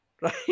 right